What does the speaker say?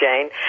Jane